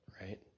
Right